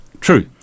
True